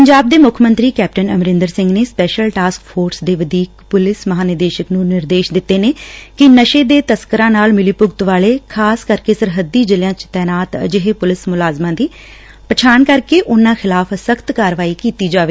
ਪੰਜਾਬ ਦੇ ਮੁੱਖ ਮੰਤਰੀ ਕੈਪਟਨ ਅਮਰੰਦਰ ਸਿੰਘ ਨੇ ਸਪਸ਼ੈਲ ਟਾਸਕ ਫੋਰਸ ਦੇ ਵਧੀਕ ਪੁਲਿਸ ਮਹਾਂਨਿਦੇਸ਼ਕ ਨੂੰ ਨਿਰਦੇਸ਼ ਦਿੱਤੇ ਨੇ ਕਿ ਨਸ਼ੇ ਦੇ ਤਸਕਰਾਂ ਨਾਲ ਮਿਲੀਭੁਗਤ ਵਾਲੇ ਖ਼ਾਸ ਕਰਕੇ ਸਰਹੱਦੀ ਜ਼ਿਲ੍ਹਿਆਂ ਚ ਤੈਨਾਤ ਅਜਿਹੇ ਪੁਲਿਸ ਮੁਲਾਜ਼ਮਾਂ ਦੀ ਪਛਾਣ ਕਰਕੇ ਉਨੂਾਂ ਖਿਲਾਫ਼ ਸਖ਼ਤ ਕਾਰਵਾਈ ਕੀਤੀ ਜਾਵੇ